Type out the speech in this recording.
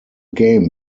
game